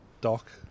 Doc